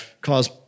cause